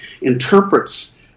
interprets